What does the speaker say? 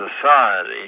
society